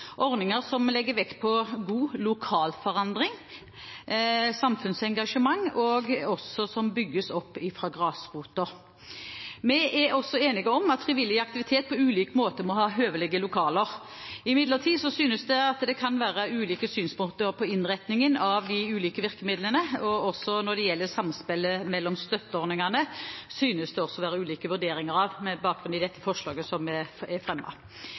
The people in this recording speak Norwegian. ordninger som legger vekt på god lokal forankring og samfunnsengasjement, og som bygges opp fra grasrota. Vi er også enige om at frivillig aktivitet på ulik måte må ha høvelige lokaler. Imidlertid synes det som det kan være ulike synspunkter på innretningen av de ulike virkemidlene, og det synes også å være ulike vurderinger når det gjelder samspillet mellom støtteordningene, med bakgrunn i det